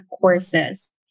courses